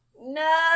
No